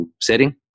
setting